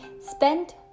Spend